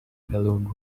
balloon